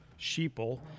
Sheeple